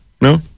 No